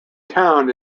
town